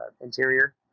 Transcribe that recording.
interior